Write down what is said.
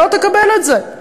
לא תקבל את זה.